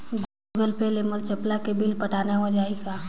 Google Pay ले मोल चपला के बिल पटाना हे, हो जाही का?